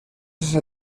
esa